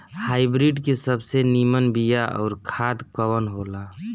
Hybrid के सबसे नीमन बीया अउर खाद कवन हो ला?